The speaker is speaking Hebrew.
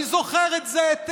אני זוכר את זה היטב.